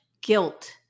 guilt